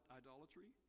idolatry